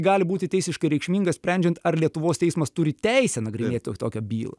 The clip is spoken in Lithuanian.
gali būti teisiškai reikšmingas sprendžiant ar lietuvos teismas turi teisę nagrinėti tok tokią bylą